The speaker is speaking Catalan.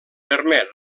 permet